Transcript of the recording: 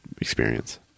experience